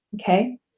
Okay